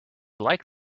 like